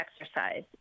exercise